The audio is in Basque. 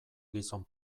gizon